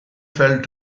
felt